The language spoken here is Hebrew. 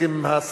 מסכים עם השר,